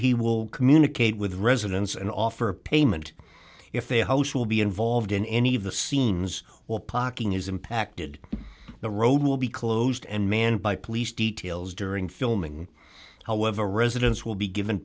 he will communicate with residents and offer payment if they host will be involved in any of the scenes while pocking is impacted the road will be closed and manned by police details during filming however residents will be given